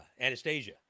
Anastasia